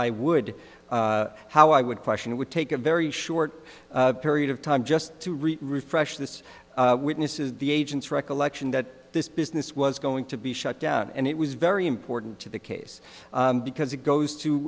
i would how i would question it would take a very short period of time just to read refresh this witness is the agent's recollection that this business was going to be shut down and it was very important to the case because it goes to